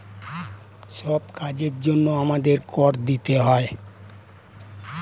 সব কাজের জন্যে আমাদের কর দিতে হয়